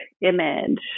image